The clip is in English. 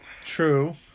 True